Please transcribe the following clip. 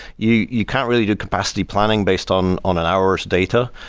you you can't really do capacity planning based on on an hour's data.